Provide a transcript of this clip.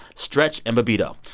stretch and bobbito.